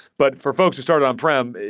but for folks who started on-prem,